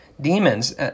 Demons